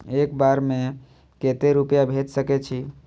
एक बार में केते रूपया भेज सके छी?